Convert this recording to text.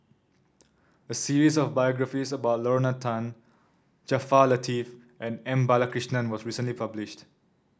a series of biographies about Lorna Tan Jaafar Latiff and M Balakrishnan was recently published